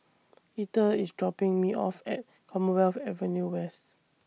Eathel IS dropping Me off At Commonwealth Avenue West